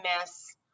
miss